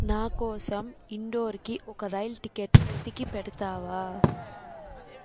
నా కోసం ఇండోర్కి ఒక రైల్ టిక్కెట్టు వెతికి పెడతావా